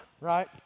right